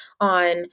on